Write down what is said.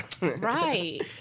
Right